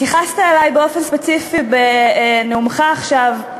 התייחסת אלי באופן ספציפי בנאומך עכשיו.